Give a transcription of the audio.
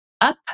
up